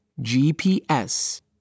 GPS